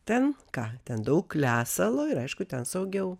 ten ką ten daug lesalo ir aišku ten saugiau